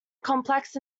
complex